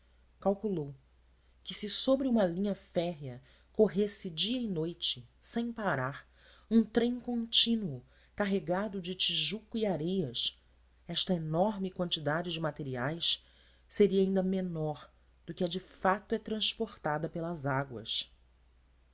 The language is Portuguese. calculou que se sobre uma linha férrea corresse dia e noite sem parar um trem contínuo carregado de tijuco e areias esta enorme quantidade de materiais seria ainda menor do que a de fato é transportada pelas águas